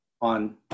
on